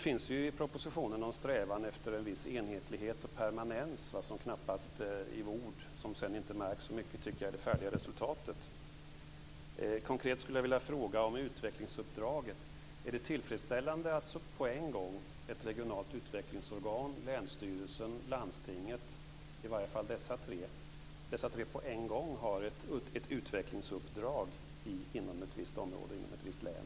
Man talade om en strävan efter en viss enhetlighet och permanens som inte märks så mycket, tycker jag, i det färdiga resultatet. Konkret skulle jag vilja fråga om utvecklingsuppdraget. Är det tillfredsställande att ett regionalt utvecklingsorgan, länsstyrelsen och landstinget har samma utvecklingsuppdrag inom ett visst område i ett visst län?